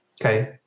Okay